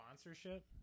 sponsorship